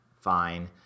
fine